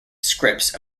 scripts